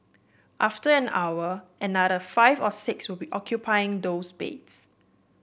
after an hour another five or six will be occupying those beds